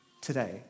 today